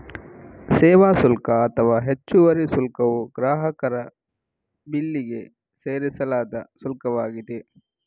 ಸೇವಾ ಶುಲ್ಕ ಅಥವಾ ಹೆಚ್ಚುವರಿ ಶುಲ್ಕವು ಗ್ರಾಹಕರ ಬಿಲ್ಲಿಗೆ ಸೇರಿಸಲಾದ ಶುಲ್ಕವಾಗಿದೆ